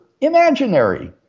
imaginary